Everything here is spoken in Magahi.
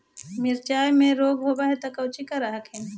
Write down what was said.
मिर्चया मे रोग्बा होब है तो कौची कर हखिन?